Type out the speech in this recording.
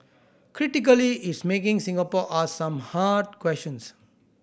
critically is making Singapore ask some hard questions